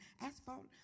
asphalt